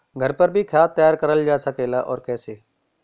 घर पर भी खाद तैयार करल जा सकेला और कैसे?